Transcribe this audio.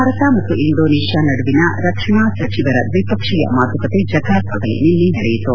ಭಾರತ ಮತ್ತು ಇಂಡೋನೇಷ್ಕಾ ನಡುವಿನ ರಕ್ಷಣಾ ಸಚಿವರ ದ್ವಿಪಕ್ಷೀಯ ಮಾತುಕತೆ ಜಕಾರ್ತದಲ್ಲಿ ನಿನ್ನೆ ನಡೆಯಿತು